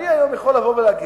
היום אני יכול לבוא ולהגיד,